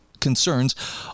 concerns